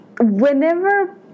whenever